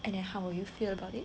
and then how would you feel about it